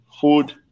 food